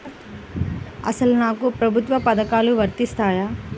అసలు నాకు ప్రభుత్వ పథకాలు వర్తిస్తాయా?